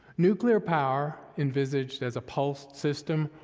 nuclear power envisaged as a pulsed system,